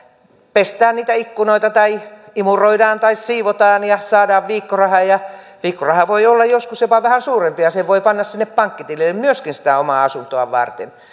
pestään ikkunoita tai imuroidaan tai siivotaan ja saadaan viikkorahaa ja viikkoraha voi olla joskus jopa vähän suurempi ja sen voi myöskin panna sinne pankkitilille sitä omaa asuntoa varten